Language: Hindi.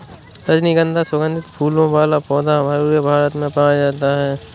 रजनीगन्धा सुगन्धित फूलों वाला पौधा पूरे भारत में पाया जाता है